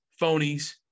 phonies